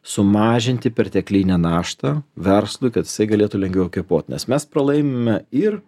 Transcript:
sumažinti perteklinę naštą verslui kad jisai galėtų lengviau kvėpuot nes mes pralaimime ir